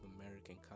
American